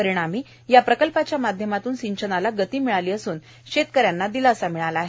परिणामी या प्रकल्पाच्या माध्यमातून सिंचन यांना गती मिळाली असून शेतकऱ्यांना दिलासा मिळाला आहे